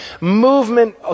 movement